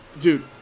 dude